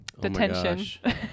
detention